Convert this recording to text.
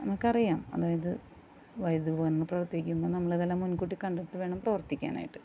നമുക്കറിയാം അതായത് വൈദ്യുതോപകരണങ്ങള് പ്രവർത്തിക്കുമ്പോൾ നമ്മളിതെല്ലാം മുൻകൂട്ടി കണ്ടിട്ട് വേണം പ്രവർത്തിപ്പിക്കാനായിട്ട്